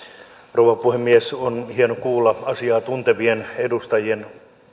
rouva puhemies on hieno kuulla asiaa tuntevien edustajien